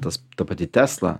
tas ta pati tesla